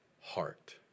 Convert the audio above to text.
heart